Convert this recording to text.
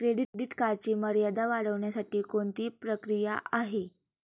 Credit कार्डची मर्यादा वाढवण्यासाठी कोणती प्रक्रिया आहे?